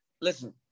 listen